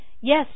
Yes